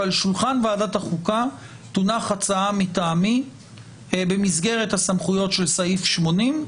ועל שולחן ועדת החוקה תונח הצעה מטעמי במסגרת הסמכויות של סעיף 80,